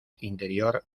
interior